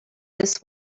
this